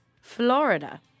Florida